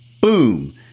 boom